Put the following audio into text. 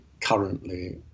currently